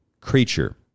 creature